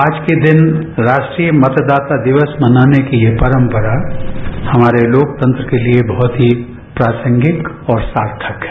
आज के दिन राष्ट्रीय मतदाता दिवस मनाने की ये परंपरा हमारे लोकतंत्र के लिए बहुत ही प्रासंगिक और सार्थक है